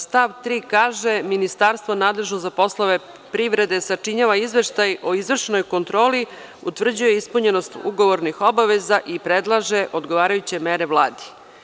Stav 3. kaže – ministarstvo nadležno za poslove privrede sačinjava izveštaj o izvršnoj kontroli, utvrđuje ispunjenost ugovornih obaveza i predlaže odgovarajuće mere Vladi.